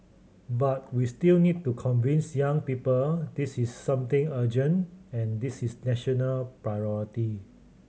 but we still need to convince young people this is something urgent and this is national priority